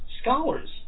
scholars